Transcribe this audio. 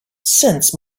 sense